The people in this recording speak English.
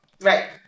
Right